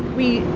we.